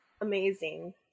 amazing